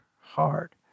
hard